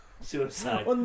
suicide